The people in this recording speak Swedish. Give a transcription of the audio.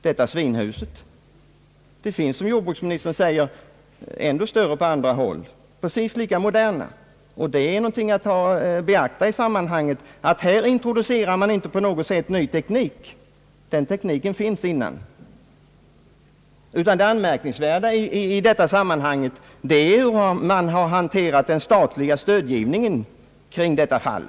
Det finns, såsom jordbruksministern säger, ändå större sådana på andra håll i landet och precis lika moderna. Det är någonting att beakta i sammanhanget således, att man här inte på något sätt introducerar en ny teknik, ty den tekniken har funnits tidigare. Det anmärkningsvärda är hur man har hanterat den statliga stödgivningen i detta fall.